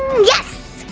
yes,